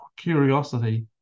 curiosity